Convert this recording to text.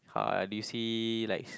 ha~ did you see likes